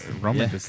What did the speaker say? Roman